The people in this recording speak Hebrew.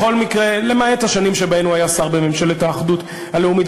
למעט השנים שבהן הוא היה שר בממשלת האחדות הלאומית.